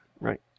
Right